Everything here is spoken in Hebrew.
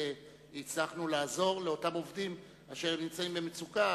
והצלחנו לעזור לאותם עובדים אשר נמצאים במצוקה,